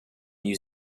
new